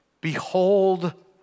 Behold